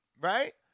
right